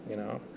you know